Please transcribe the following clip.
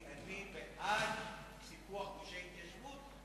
כי אני בעד סיפוח גושי התיישבות,